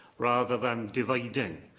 rather than dividing,